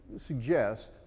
suggest